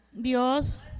Dios